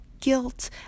guilt